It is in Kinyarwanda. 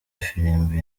ifirimbi